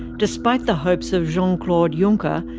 despite the hopes of jean-claude juncker,